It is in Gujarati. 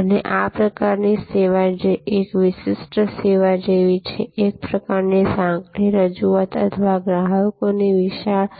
અને આ પ્રકારની સેવા જે એક વિશિષ્ટ સેવા જેવી છે એક પ્રકારની સાંકડી રજૂઆત અથવા ગ્રાહકોની વિશાળ